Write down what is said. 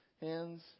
hands